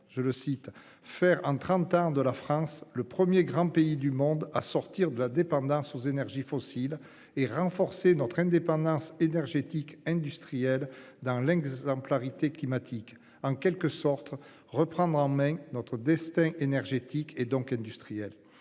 je le cite faire en 30 ans de la France, le premier grand pays du monde à sortir de la dépendance aux énergies fossiles et renforcer notre indépendance énergétique industrielle dans l'exemplarité climatique en quelque sorte, reprendre en main notre destin énergétique et donc industriel.